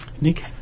Nick